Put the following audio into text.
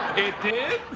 it did?